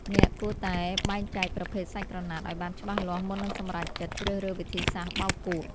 អ្នកគួរតែបែងចែកប្រភេទសាច់ក្រណាត់ឱ្យបានច្បាស់លាស់មុននឹងសម្រេចចិត្តជ្រើសរើសវិធីសាស្ត្របោកគក់។